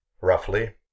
Roughly